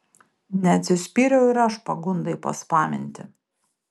neatsispyriau ir aš pagundai paspaminti